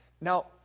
now